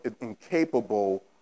incapable